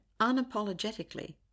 unapologetically